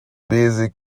busy